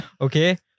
Okay